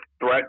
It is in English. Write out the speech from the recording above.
Threat